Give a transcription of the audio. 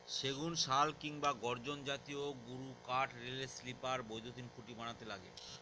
সেগুন, শাল কিংবা গর্জন জাতীয় গুরুকাঠ রেলের স্লিপার, বৈদ্যুতিন খুঁটি বানাতে লাগে